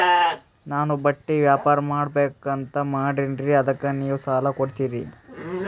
ನಾನು ಬಟ್ಟಿ ವ್ಯಾಪಾರ್ ಮಾಡಬಕು ಅಂತ ಮಾಡಿನ್ರಿ ಅದಕ್ಕ ನೀವು ಸಾಲ ಕೊಡ್ತೀರಿ?